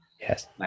Yes